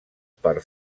per